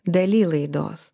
dalyj laidos